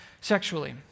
sexually